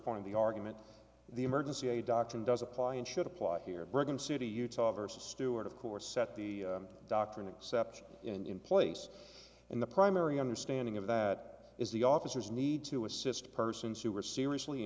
part of the argument the emergency aid doctrine does apply and should apply here brigham city utah versus stewart of course set the doctrine exception in place in the primary understanding of that is the officers need to assist persons who were seriously